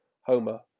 Homer